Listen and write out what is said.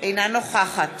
אינה נוכחת